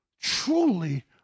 truly